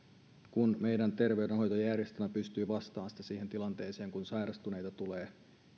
kun meidän terveydenhoitojärjestelmämme pystyy vastaamaan sitten siihen tilanteeseen kun sairastuneita tulee